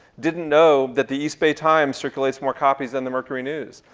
didn't know that the east bay times circulates more copies than the mercury news,